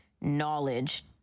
knowledge